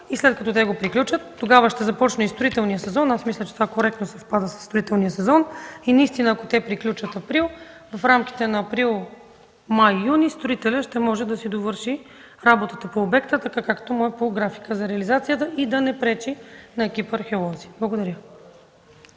и след като те го приключат, тогава ще започне и строителният сезон. Аз мисля, че това коректно съвпада със строителния сезон. И наистина ако те приключат в април, в рамките на април – май – юни, строителят ще може да си довърши работата по обекта така, както му е по графика за реализацията и да не пречи на екипа археолози. Благодаря.